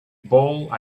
ball